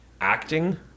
acting